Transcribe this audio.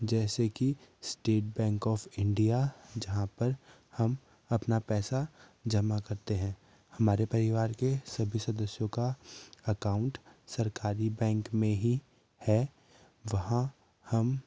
जैसे कि state bank of India जहाँ पर हम अपना पैसा जमा करते हैं हमारे परिवार के सभी सदस्यों का अकाउंट सरकारी बैंक में ही है वहाँ हम